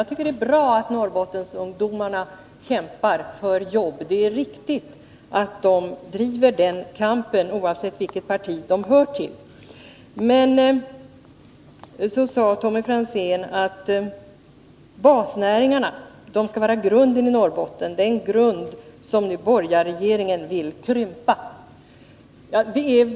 Jag tycker det är bra att Norrbottensungdomarna kämpar för jobb. Det är riktigt att de driver den kampen, oavsett vilket parti de hör till. Men sedan sade Tommy Franzén att basnäringarna skall vara grunden i Norrbotten, den grund som nu borgarregeringen vill krympa.